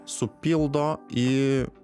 supildo į